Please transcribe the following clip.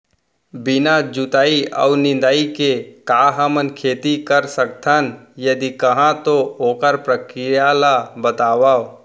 बिना जुताई अऊ निंदाई के का हमन खेती कर सकथन, यदि कहाँ तो ओखर प्रक्रिया ला बतावव?